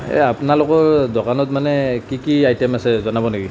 এ আপোনালোকৰ দোকানত মানে কি কি আইটেম আছে জনাব নেকি